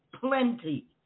plenty